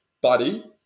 Buddy